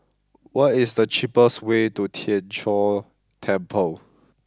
what is the cheapest way to Tien Chor Temple